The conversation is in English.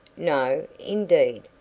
no, indeed.